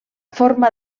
forma